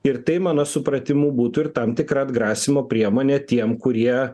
ir tai mano supratimu būtų ir tam tikra atgrasymo priemonė tiem kurie